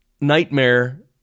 nightmare